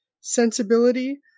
sensibility